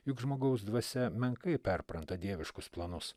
juk žmogaus dvasia menkai perpranta dieviškus planus